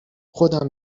خودم